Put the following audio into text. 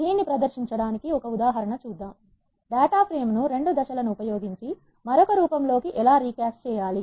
దీన్ని ప్రదర్శించడానికి ఒక ఉదాహరణ చూద్దాము డేట్ ఫ్రేమ్ ను రెండు దశ లను ఉపయోగించి మరొక రూపం లోకి ఎలా రీ కాస్ట్ చేయాలి